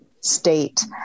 state